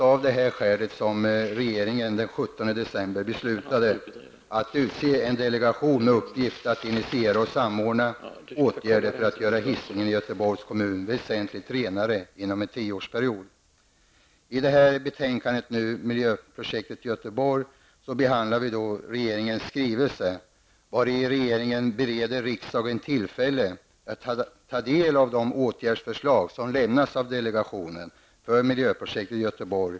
Av det skälet beslöt regeringen den 17 december 1987 att utse en delegation med uppgift att initiera och samordna åtgärder för att göra Hisingen i Göteborgs kommun väsentligt renare inom en tioårsperiod.